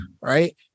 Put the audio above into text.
right